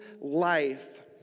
life